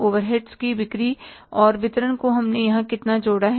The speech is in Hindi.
ओवरहेड्स की बिक्री और वितरण को हमने यहां कितना जोड़ा है